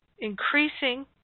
increasing